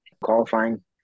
qualifying